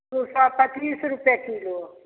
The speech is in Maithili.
दू सए पचीस रुपे किलो